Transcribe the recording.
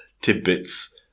tidbits